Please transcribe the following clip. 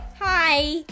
Hi